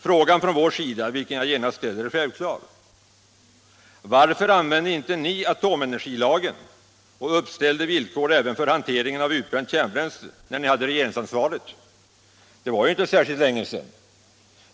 Frågan från vår sida, vilken jag genast ställer, är självklar: Varför använde ni inte atomenergilagen och uppställde villkor även för hanteringen av utbränt kärnbränsle, när ni hade regeringsansvaret? Det var ju inte särskilt länge sedan.